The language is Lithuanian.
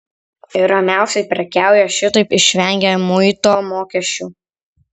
ir ramiausiai prekiauja šitaip išvengę muito mokesčių